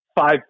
five